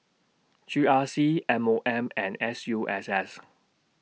G R C M O M and S U S S